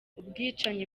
ubwicanyi